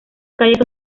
calles